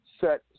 set